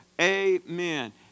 Amen